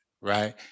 right